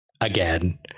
Again